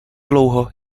dlouho